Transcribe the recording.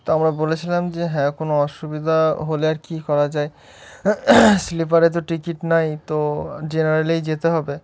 তো আমরা বলেছিলাম যে হ্যাঁ কোনো অসুবিধা হলে আর কী করা যায় স্লিপারে তো টিকিট নেই তো জেনারেলেই যেতে হবে